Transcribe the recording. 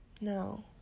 No